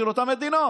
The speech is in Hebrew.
של אותן מדינות,